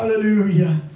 Hallelujah